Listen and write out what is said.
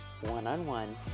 one-on-one